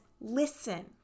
listen